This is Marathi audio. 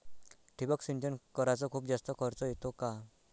ठिबक सिंचन कराच खूप जास्त खर्च येतो का?